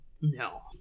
No